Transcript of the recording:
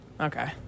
Okay